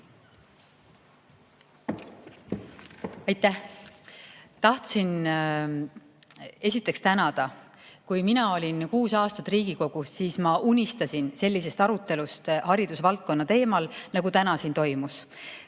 Aitäh! Tahtsin esiteks tänada. Kui mina olin kuus aastat Riigikogus, siis ma unistasin sellisest arutelust haridusvaldkonna teemal, nagu täna siin toimus.